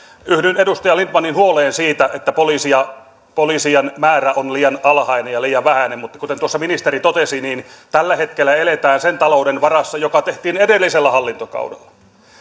yhdyn edustaja lindtmanin huoleen siitä että poliisien määrä on liian alhainen ja liian vähäinen mutta kuten tuossa ministeri totesi tällä hetkellä eletään sen talouden varassa joka tehtiin edellisellä hallintokaudella